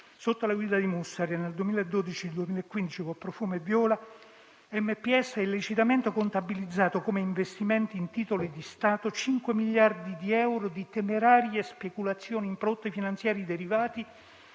sotto la guida di Mussari e nel 2012-2015 con Profumo e Viola, MPS ha illecitamente contabilizzato come investimenti in titoli di Stato 5 miliardi di euro di temerarie speculazioni in prodotti finanziari derivati,